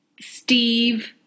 Steve